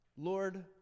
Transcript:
Lord